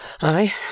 I